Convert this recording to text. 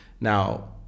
Now